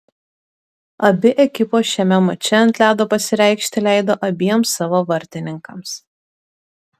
abi ekipos šiame mače ant ledo pasireikšti leido abiem savo vartininkams